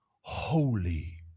holy